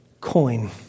coin